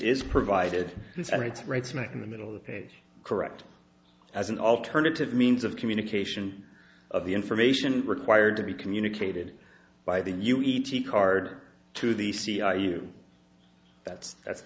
is provided it's right smack in the middle of the page correct as an alternative means of communication of the information required to be communicated by the new e t card to the c r u that's that's